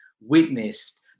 witnessed